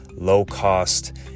low-cost